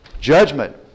judgment